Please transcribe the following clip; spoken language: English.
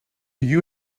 you